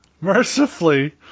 mercifully